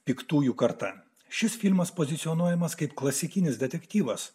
piktųjų karta šis filmas pozicionuojamas kaip klasikinis detektyvas